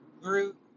Groot